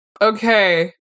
Okay